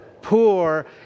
poor